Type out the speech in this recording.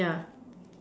ya